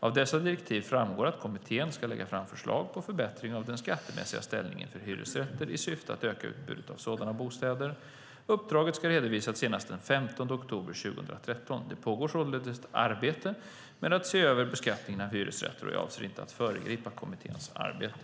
Av dessa direktiv framgår att kommittén ska lämna förslag på förbättring av den skattemässiga ställningen för hyresrätter i syfte att öka utbudet av sådana bostäder. Uppdraget ska redovisas senast den 15 oktober 2013. Det pågår således ett arbete med att se över beskattningen av hyresrätter. Jag avser inte att föregripa kommitténs arbete.